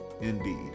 Indeed